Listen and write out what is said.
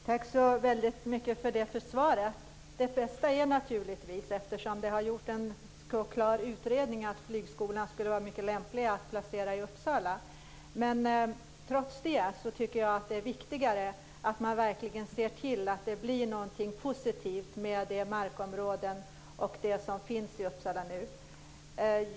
Herr talman! Tack så mycket för svaret. Eftersom det har gjorts en klar utredning, är det bästa naturligtvis att placera flygskolorna i Uppsala. Trots det tycker jag att det är viktigare att man ser till att det blir något positivt med de markområden och det som nu finns i Uppsala.